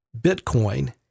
Bitcoin